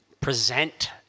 present